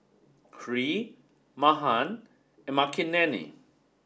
Hri Mahan and Makineni